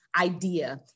idea